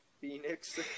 Phoenix